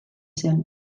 zen